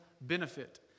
benefit